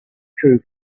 true